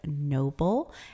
Noble